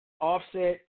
Offset